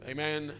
Amen